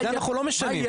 זה אנחנו לא משנים,